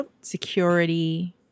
security